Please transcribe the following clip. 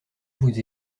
vous